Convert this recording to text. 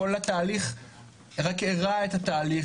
זה רק הרע את התהליך,